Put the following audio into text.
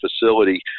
facility